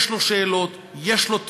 יש לו שאלות, יש לו תהיות,